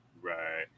Right